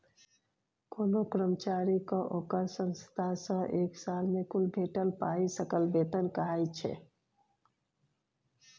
कोनो कर्मचारी केँ ओकर संस्थान सँ एक साल मे कुल भेटल पाइ सकल बेतन कहाइ छै